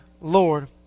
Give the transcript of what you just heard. Lord